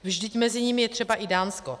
Vždyť mezi nimi je třeba i Dánsko.